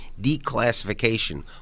declassification